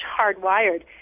hardwired